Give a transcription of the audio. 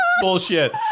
bullshit